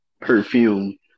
perfume